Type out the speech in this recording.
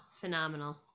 phenomenal